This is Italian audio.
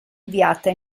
inviata